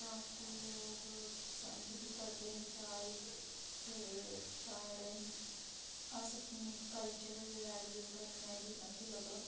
काफी लोक पंसद बी करदे न चाही ते साढ़े अस अपने कल्चरल वेल्यू कन्नै बी मतलब